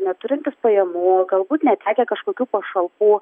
neturintys pajamų galbūt netekę kažkokių pašalpų